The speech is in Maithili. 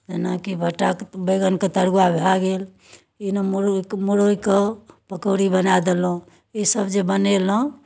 जेनाकि भट्टा बैगनके तरुआ भए गेल जेना मुर मूरइके पकौड़ी बनाए देलहुँ ईसभ जे बनेलहुँ